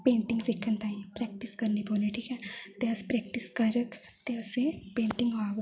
painting सिक्खन ताहीं practice करनी पौनी ठीक ऐ ते अस प्रेक्टिस करगे ते असें ई पेंटिंग आह्ग